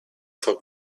from